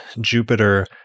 Jupiter